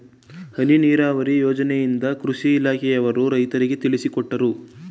ಹನಿ ನೀರಾವರಿ ಯೋಜನೆಯಿಂದ ಕೃಷಿ ಇಲಾಖೆಯವರು ರೈತರಿಗೆ ತಿಳಿಸಿಕೊಟ್ಟರು